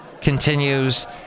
continues